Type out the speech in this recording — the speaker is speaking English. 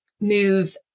move